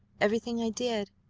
everything i did.